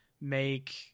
make